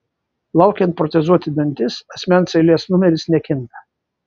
laukiant protezuoti dantis asmens eilės numeris nekinta